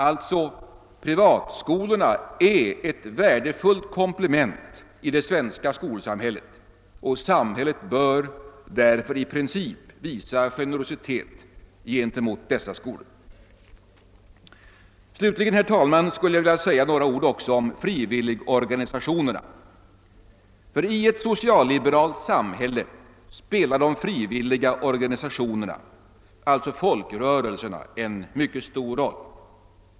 Alltså: Privatskolorna är ett värdefullt komplement i det svenska skolväsendet, och samhället bör därför i princip visa generositet gentemot dessa skolor. Slutligen, herr talman, vill jag säga några ord också om frivilligorganisationerna. I ett socialliberalt samhälle spelar de frivilliga organisationerna — alltså folkrörelserna — en mycket stor roll.